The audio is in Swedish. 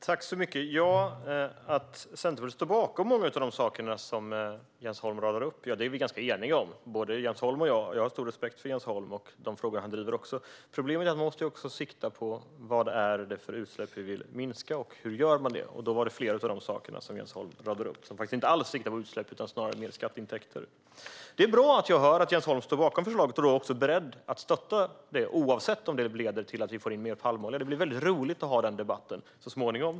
Fru talman! Att Centerpartiet står bakom många av de saker som Jens Holm radar upp är vi ganska eniga om. Jag har stor respekt för Jens Holm och för de frågor han driver. Problemet är att man också måste sikta på vilka utsläpp det är vi vill minska och hur man gör det, och det var flera av de saker som Jens Holm radade upp som inte alls siktade på utsläpp utan snarare på mer skatteintäkter. Det är bra att jag hör att Jens Holm står bakom förslaget och också är beredd att stötta det oavsett om det leder till att vi får in mer palmolja. Det blir roligt att ha den debatten så småningom.